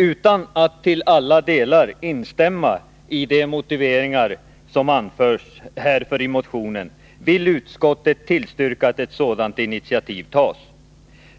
Utan att till alla delar instämma i de motiveringar som anförs härför i motionen vill utskottet tillstyrka att ett sådant initiativ tas.